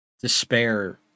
Despair